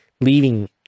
leaving